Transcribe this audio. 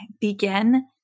begin